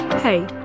Hey